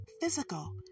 physical